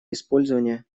использования